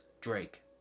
Drake